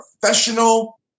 professional